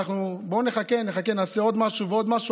בואו נחכה, נחכה, נעשה עוד משהו ועוד משהו.